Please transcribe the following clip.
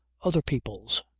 other people's,